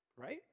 Right